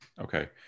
okay